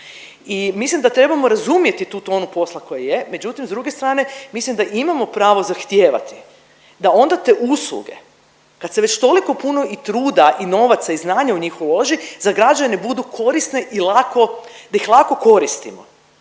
i mislim da trebamo razumjeti tu tonu posla koji je, međutim, s druge strane, mislim da imamo pravo zahtijevati da onda te usluge, kad se već toliko puno i truda i novaca i znanja u njih uloži, za građane budu korisne i lako, da ih lako koristimo.